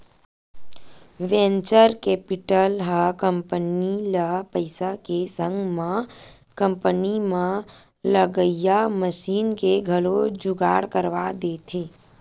venture capital ह company ल पइसा के संग म कंपनी म लगइया मसीन के घलो जुगाड़ करवा देथे